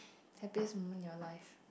happiest moment in your life